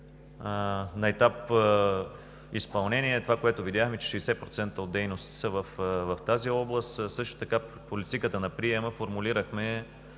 На етап изпълнение е това, което видяхме – 60% от дейностите в тази област. Също така в политиката на приема формулирахме